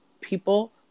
people